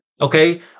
okay